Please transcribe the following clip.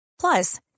Plus